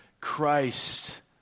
Christ